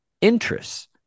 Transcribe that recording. interests